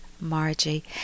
Margie